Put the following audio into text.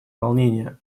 волнение